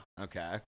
Okay